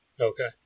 Okay